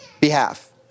behalf